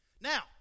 now